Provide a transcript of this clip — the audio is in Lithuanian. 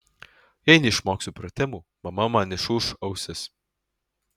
jei neišmoksiu pratimų mama man išūš ausis